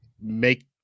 Make